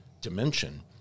dimension